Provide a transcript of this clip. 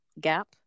gap